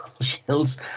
Shields